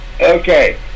okay